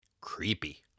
Creepy